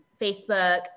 Facebook